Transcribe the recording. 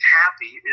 happy